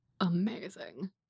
Amazing